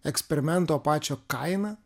eksperimento pačio kainą